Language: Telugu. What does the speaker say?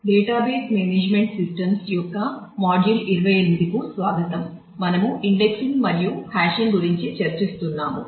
డేటాబేస్ మేనేజ్మెంట్ సిస్టమ్స్ గురించి చర్చిస్తున్నాము